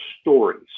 stories